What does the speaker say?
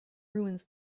ruins